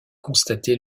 constaté